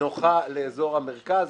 נוחה לאזור המרכז.